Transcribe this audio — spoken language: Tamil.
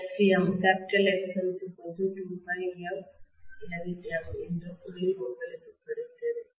Xm 2πfLm என்ற புள்ளி உங்களுக்கு கிடைத்தத